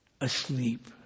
asleep